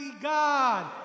God